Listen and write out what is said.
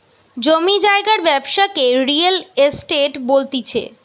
জমি জায়গার ব্যবসাকে রিয়েল এস্টেট বলতিছে